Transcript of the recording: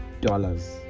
dollars